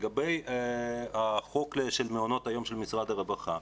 לגבי החוק של מעונות היום של משרד הרווחה,